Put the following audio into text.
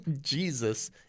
Jesus